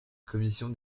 commission